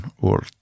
world